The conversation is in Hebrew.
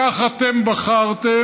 כך אתם בחרתם,